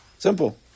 Simple